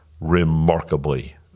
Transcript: remarkably